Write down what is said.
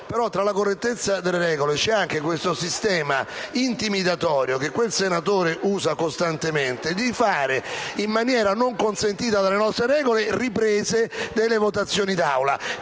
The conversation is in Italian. corretta osservanza delle regole, va segnalato anche questo sistema intimidatorio che quel senatore usa costantemente facendo, in maniera non consentita dalle nostre regole, riprese delle votazioni d'Aula,